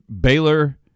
Baylor